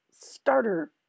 starter